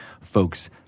folks